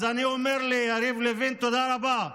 אז אני אומר ליריב לוין: תודה רבה,